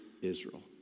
Israel